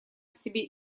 себе